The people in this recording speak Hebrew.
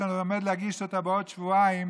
שאני עומד להגיש אותה בעוד שבועיים,